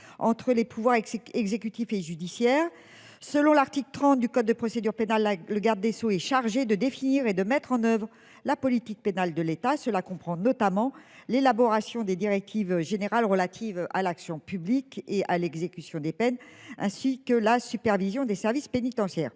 entre les pouvoirs exécutif et judiciaire, selon l'article 30 du code de procédure pénale. Le garde des Sceaux est chargé de définir et de mettre en oeuvre la politique pénale de l'État. Cela comprend notamment l'élaboration des directives générales relatives à l'action publique et à l'exécution des peines, ainsi que la supervision des services pénitentiaires